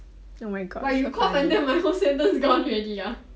!wah! you cough until my whole sentence gone already ah